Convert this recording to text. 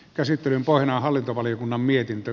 käsittelyn hallintovaliokunnan mietintö